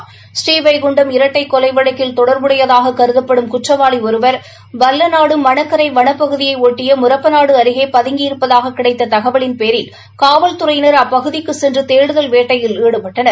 ப்ரீவைகுண்டம் இரட்டைக் கொலை வழக்கில் தொடர்புடையதாக கருதப்படும் குற்றவாளி ஒருவர் வல்லநாடு மணக்கரை வனப்பகுதியை ஒட்டிய முறப்பளாடு அருகே பதங்கியிருப்பதாக கிடைத்த தகவலின்பேரில் காவல்துறையினர் அப்பகுதிக்குச் சென்று தேடுதல் வேட்டையில் ஈடுபட்டனர்